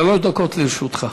שלוש דקות לרשותך.